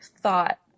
thought